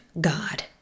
God